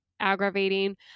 aggravating